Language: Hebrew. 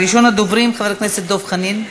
ראשון הדוברים, חבר הכנסת דב חנין,